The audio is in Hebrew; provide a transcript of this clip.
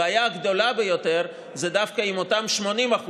הבעיה הגדולה ביותר זה דווקא עם אותן 80%,